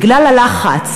בגלל הלחץ